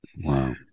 Wow